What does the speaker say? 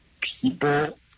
people